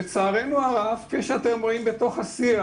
לצערנו הרב, כפי שאתם רואים בתוך השיח,